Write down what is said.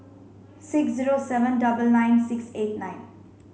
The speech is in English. six zero seven double nine six eight nine